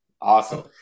Awesome